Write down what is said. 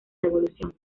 revolución